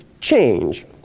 change